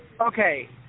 Okay